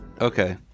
Okay